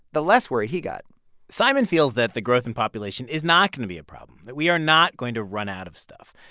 the less worried he got simon feels that the growth in population is not going to be a problem, that we are not going to run out of stuff,